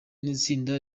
n’itsinda